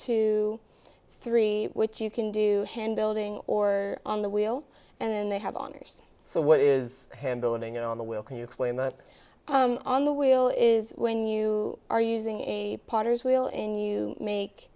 two three which you can do hand building or on the wheel and they have on yours so what is handling on the well can you explain that on the wheel is when you are using a potter's wheel in you make